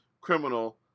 criminal